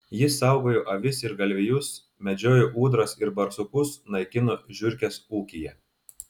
jis saugojo avis ir galvijus medžiojo ūdras ir barsukus naikino žiurkes ūkyje